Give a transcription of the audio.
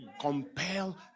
compel